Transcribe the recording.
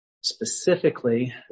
specifically